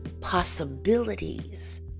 possibilities